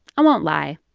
i won't lie.